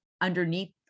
underneath